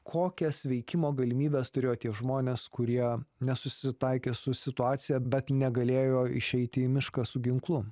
kokias veikimo galimybes turėjo tie žmonės kurie nesusitaikė su situacija bet negalėjo išeiti į mišką su ginklu